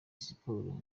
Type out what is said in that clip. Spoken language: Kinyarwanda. siporo